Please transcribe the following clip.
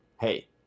hey